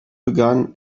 began